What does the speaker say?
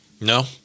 No